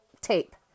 tape